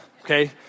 okay